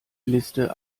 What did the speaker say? liste